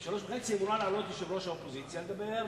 ב-15:30 אמורה לעלות יושבת-ראש האופוזיציה ולדבר,